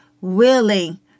willing